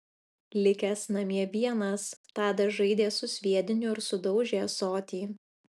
likęs namie vienas tadas žaidė su sviediniu ir sudaužė ąsotį